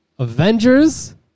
Avengers